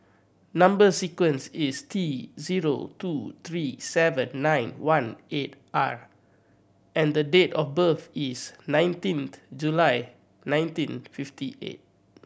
number sequence is T zero two three seven nine one eight R and the date of birth is nineteenth July nineteen fifty eight